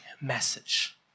message